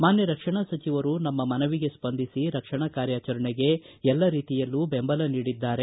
ಮಾನ್ಯ ರಕ್ಷಣಾ ಸಚಿವರು ನಮ್ಮ ಮನವಿಗೆ ಸ್ವಂದಿಸಿ ರಕ್ಷಣಾ ಕಾರ್ಯಾಚರಣೆಗೆ ಎಲ್ಲ ರೀತಿಯಲ್ಲೂ ಬೆಂಬಲ ನೀಡಿದ್ದಾರೆ